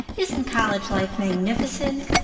isn't college life magnificent?